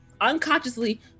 unconsciously